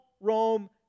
Rome